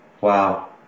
Wow